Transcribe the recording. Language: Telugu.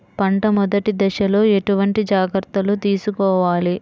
పంట మెదటి దశలో ఎటువంటి జాగ్రత్తలు తీసుకోవాలి?